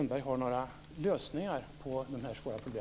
De avhoppen tenderar att hela tiden öka.